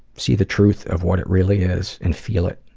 see the truth of what it really is and feel it.